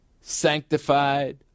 sanctified